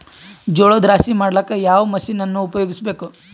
ಜೋಳದ ರಾಶಿ ಮಾಡ್ಲಿಕ್ಕ ಯಾವ ಮಷೀನನ್ನು ಉಪಯೋಗಿಸಬೇಕು?